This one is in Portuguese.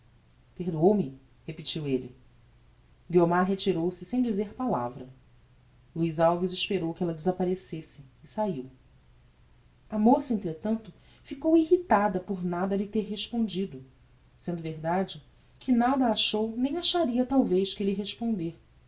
palpebras perdoou me repetiu elle guiomar retirou-se sem dizer palavra luiz alves esperou que ella desapparecesse e saiu a moça entretanto ficou irritada por nada lhe ter respondido sendo verdade que nada achou nem acharia talvez que lhe responder